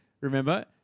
Remember